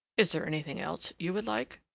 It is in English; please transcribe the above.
is there anything else you would like?